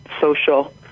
social